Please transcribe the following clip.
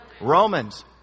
romans